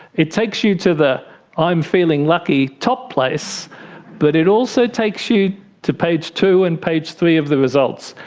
it takes you to the i'm feeling lucky top place but it also takes you to page two and page three of the results.